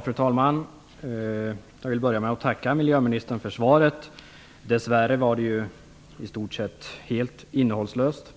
Fru talman! Jag vill börja med att tacka miljöministern för svaret. Dess värre var det i stort sett helt innehållslöst.